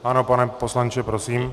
Ano, pane poslanče, prosím.